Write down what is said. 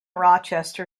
rochester